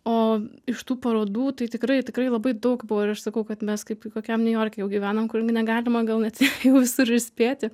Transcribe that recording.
o iš tų parodų tai tikrai tikrai labai daug buvo ir aš sakau kad mes kaip kokiam niujorke jau gyvenam kur negalima gal net jau visur ir spėti